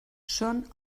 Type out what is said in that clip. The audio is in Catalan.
són